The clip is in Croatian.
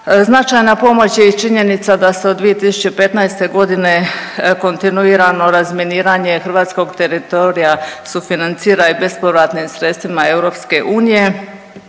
Značajna pomoć je i činjenica da se od 2015. godine kontinuirano razminiranje hrvatskog teritorija sufinancira i bespovratnim sredstvima EU